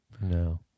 No